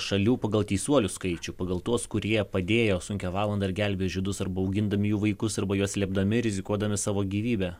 šalių pagal teisuolių skaičių pagal tuos kurie padėjo sunkią valandą ir gelbėjo žydus arba augindami jų vaikus arba juos slėpdami rizikuodami savo gyvybe